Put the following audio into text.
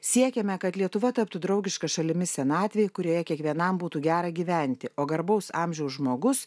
siekiame kad lietuva taptų draugiška šalimi senatvei kurioje kiekvienam būtų gera gyventi o garbaus amžiaus žmogus